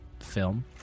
Film